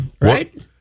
right